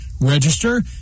Register